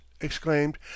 exclaimed